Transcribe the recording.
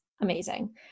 amazing